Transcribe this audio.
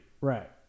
Right